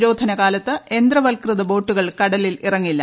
നിരോധന കാലത്ത് യന്ത്രവൽകൃത ബോട്ടുകൾ കടലിൽ ഇറങ്ങില്ല